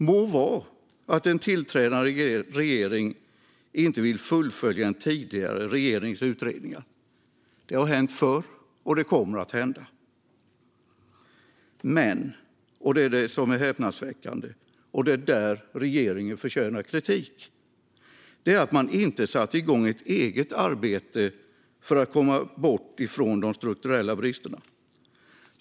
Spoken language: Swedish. Må vara att en tillträdande regering inte vill fullfölja en tidigare regerings utredningar - det har hänt förr, och det kommer att hända igen. Det som är häpnadsväckande, och det är här regeringen förtjänar kritik, är att man inte satte igång ett eget arbete för att komma bort från de strukturella bristerna.